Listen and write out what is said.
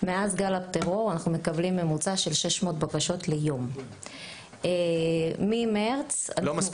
ומאז גל הטרור אנחנו מקבלים ממוצע של 600 בקשות ביום --- לא מספיק,